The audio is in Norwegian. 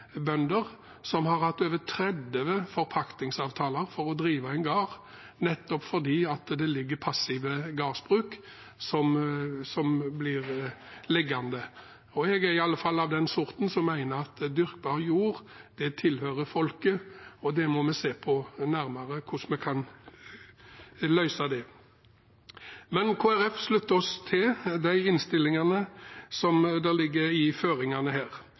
bønder som har hatt over 30 forpaktingsavtaler for å drive en gård, nettopp fordi passive gårdsbruk blir liggende. Jeg er i alle fall av den sorten som mener at dyrkbar jord tilhører folket, og vi må se nærmere på hvordan vi kan løse det. Kristelig Folkeparti slutter seg til innstillingens føringer om dette. Det er f.eks. naturlig å se hen til løsningen man har funnet i